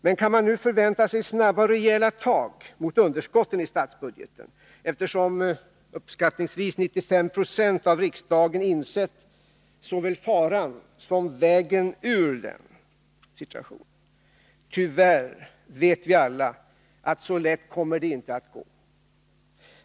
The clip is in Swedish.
Men kan man nu förvänta sig snabba och rejäla tag mot underskotten i statsbudgeten, eftersom uppskattningsvis 95 96 av riksdagen har insett såväl faran som vägen ur den? Tyvärr vet vi alla att det inte kommer att gå så lätt.